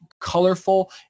colorful